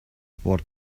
what